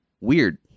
Weird